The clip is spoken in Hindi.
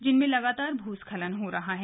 जिनमें लगातार भूस्खलन हो रहा है